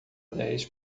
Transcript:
dez